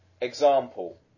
Example